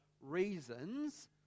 reasons